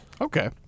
Okay